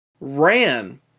ran